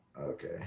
okay